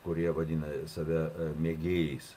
kurie vadina save mėgėjais